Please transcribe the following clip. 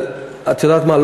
את יודעת מה?